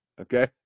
okay